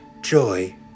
joy